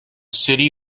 city